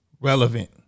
relevant